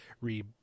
re